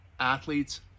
athletes